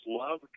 love